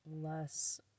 less